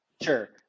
Sure